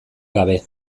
gabe